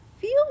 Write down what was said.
feel